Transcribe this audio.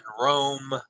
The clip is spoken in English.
Rome